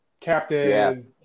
Captain